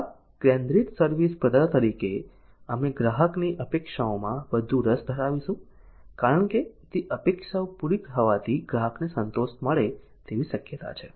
ગ્રાહક કેન્દ્રિત સર્વિસ પ્રદાતા તરીકે અમે ગ્રાહકની અપેક્ષાઓમાં વધુ રસ ધરાવીશું કારણ કે તે અપેક્ષાઓ પૂરી થવાથી ગ્રાહકને સંતોષ મળે તેવી શક્યતા છે